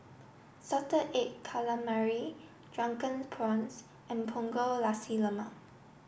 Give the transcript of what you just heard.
salted egg calamari drunken prawns and Punggol Nasi Lemak